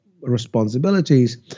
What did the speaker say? responsibilities